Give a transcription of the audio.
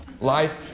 Life